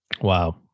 Wow